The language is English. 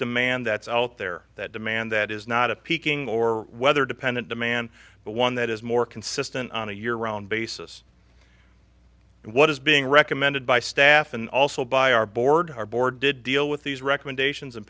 demand that's out there that demand that is not a peaking or weather dependent demand but one that is more consistent on a year round basis and what is being recommended by staff and also by our board our board did deal with these recommendations and